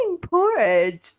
porridge